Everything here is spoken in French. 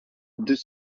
deux